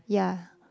yeah